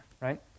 right